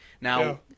Now